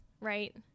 right